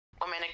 women